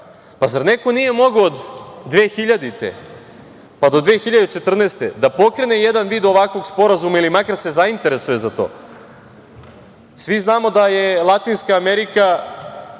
pa zar neko nije mogao od 2000. godine pa do 2014. godine, da pokrene jedan vid ovakvog sporazuma, pa makar se zainteresuje za to? Svi znamo da je Latinska Amerika